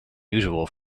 usual